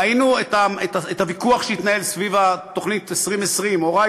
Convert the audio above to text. ראינו את הוויכוח שהתנהל סביב התוכנית "הורייזן